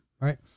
right